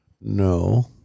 no